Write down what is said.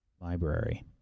library